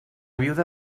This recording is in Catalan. viuda